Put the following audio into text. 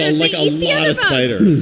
and like a lot of spider,